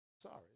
Sorry